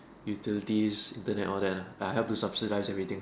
utilities internet all that ah I have to subsidies everything